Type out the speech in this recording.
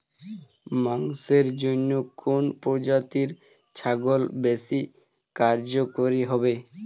মাংসের জন্য কোন প্রজাতির ছাগল বেশি কার্যকরী হবে?